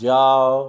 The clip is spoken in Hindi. जाओ